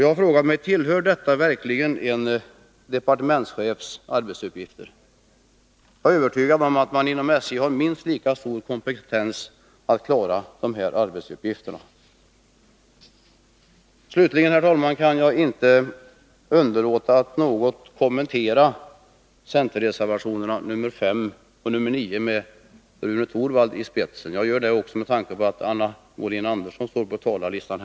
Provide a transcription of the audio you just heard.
Jag frågar mig: Tillhör detta verkligen en departementschefs arbetsuppgifter? Jag är övertygad om att man inom SJ har minst lika stor kompetens att klara de arbetsuppgifterna. Slutligen, herr talman, kan jag inte underlåta att något kommentera centerreservationerna 5 och 9 med Rune Torwalds namn i spetsen. Jag gör det också med tanke på att Anna Wohlin-Andersson står härnäst på talarlistan.